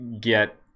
get